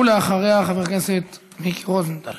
ואחריה חבר הכנסת מיקי רוזנטל.